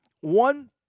one